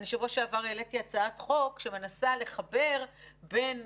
בשבוע שעבר העליתי הצעת חוק שמנסה לחבר בין